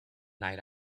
night